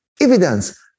evidence